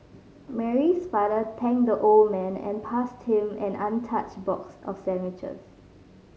Mary's father thanked the old man and passed him an untouched box of sandwiches